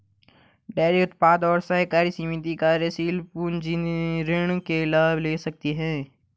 dairy उत्पादक और सहकारी समिति कार्यशील पूंजी ऋण के लाभ ले सकते है